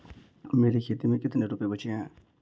मेरे खाते में कितने रुपये बचे हैं?